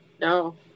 No